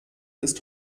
ist